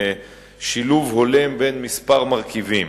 שילוב הולם בין כמה מרכיבים,